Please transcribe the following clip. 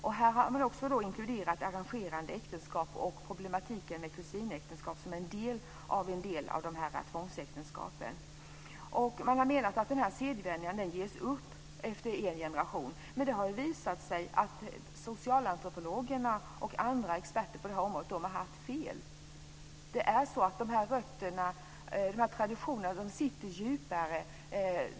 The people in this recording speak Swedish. Här har man inkluderat också arrangerade äktenskap och problematiken med kusinäktenskap som är en del av dessa tvångsäktenskap. Man menar att denna sedvänja ges upp efter en generation. Men det har visat sig att socialantropologerna och andra experter på detta område har haft fel. Dessa traditioner sitter djupare.